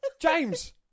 James